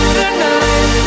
tonight